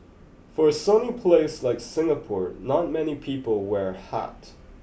for a sunny place like Singapore not many people wear hat